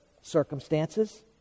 circumstances